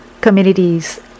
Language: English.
communities